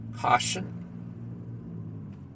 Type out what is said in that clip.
caution